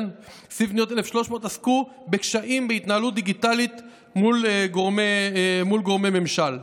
עסקו בקשיים בהתנהלות דיגיטלית מול גורמי ממשל.